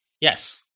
Yes